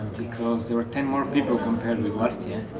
because there are ten more people compared to last year,